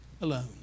alone